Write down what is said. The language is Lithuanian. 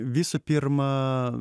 visų pirma